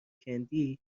کندی